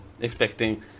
expecting